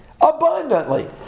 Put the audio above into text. abundantly